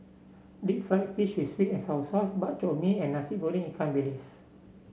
Deep Fried Fish with sweet and sour sauce Bak Chor Mee and Nasi Goreng Ikan Bilis